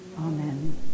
Amen